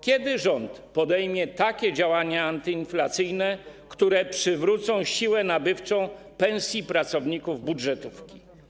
Kiedy rząd podejmie działania antyinflacyjne, które przywrócą siłę nabywczą pensji pracowników budżetówki?